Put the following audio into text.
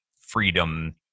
freedom